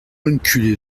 enculé